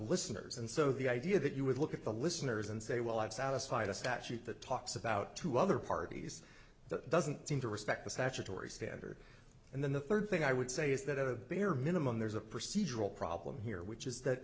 listeners and so the idea that you would look at the listeners and say well i've satisfied a statute that talks about two other parties that doesn't seem to respect the statutory standard and then the third thing i would say is that at a bare minimum there's a procedural problem here which is that